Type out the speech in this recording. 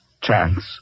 chance